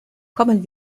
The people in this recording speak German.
kommen